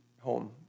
home